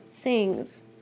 sings